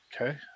Okay